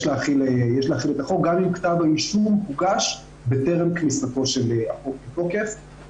יש להחיל את החוק גם אם כתב האישום הוגש בטרם כניסתו של החוק לתוקף.